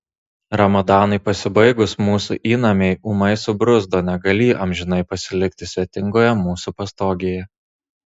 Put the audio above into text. ramadanui pasibaigus mūsų įnamiai ūmai subruzdo negalį amžinai pasilikti svetingoje mūsų pastogėje